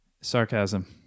sarcasm